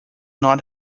not